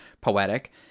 poetic